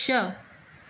छह